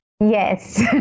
Yes